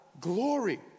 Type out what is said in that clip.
glory